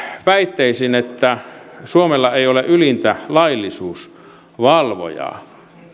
väitteisiin että suomella ei ole ylintä laillisuusvalvojaa